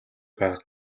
байгааг